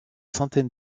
centaines